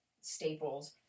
staples